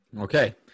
Okay